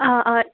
آ آ